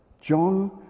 John